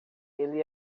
ele